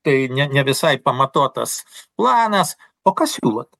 tai ne ne visai pamatuotas planas o ką siūlot